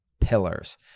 pillars